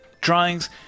drawings